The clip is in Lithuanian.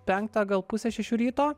penktą gal pusę šešių ryto